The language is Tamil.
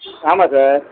ஆமாம் சார்